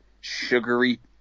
sugary